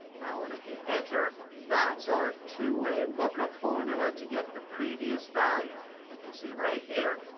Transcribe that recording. now when i hit enter, that's our two-way lookup formula to get the previous value. we can see right here,